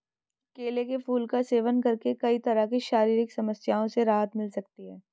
केले के फूल का सेवन करके कई तरह की शारीरिक समस्याओं से राहत मिल सकती है